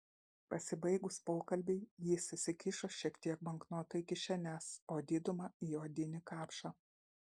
pasibaigus pokalbiui jis įsikišo šiek tiek banknotų į kišenes o didumą į odinį kapšą